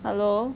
hello